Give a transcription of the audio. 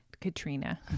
Katrina